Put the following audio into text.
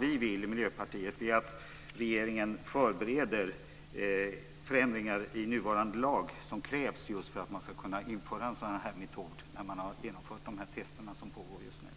Vi i Miljöpartiet vill att regeringen förbereder de förändringar i nuvarande lag som krävs för att man ska kunna införa en sådan metod när man har genomfört de tester som nu pågår. Herr talman!